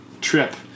trip